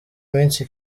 minsi